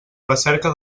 recerca